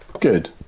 Good